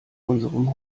unserem